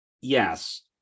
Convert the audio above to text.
Yes